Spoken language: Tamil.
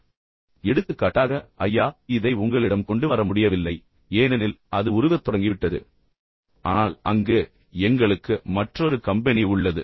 எனவே எடுத்துக்காட்டாக ஐயா இதை உங்களிடம் கொண்டு வர முடியவில்லை ஏனெனில் அது உருகத் தொடங்கிவிட்டது ஆனால் அங்கு எங்களுக்கு மற்றொரு கம்பெனி உள்ளது